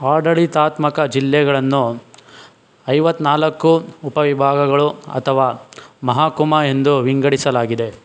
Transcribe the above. ಆಡಳಿತಾತ್ಮಕ ಜಿಲ್ಲೆಗಳನ್ನು ಐವತ್ತ್ನಾಲ್ಕು ಉಪವಿಭಾಗಗಳು ಅಥವಾ ಮಹಾಕುಮ ಎಂದು ವಿಂಗಡಿಸಲಾಗಿದೆ